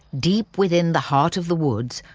deep within the heart of the woods,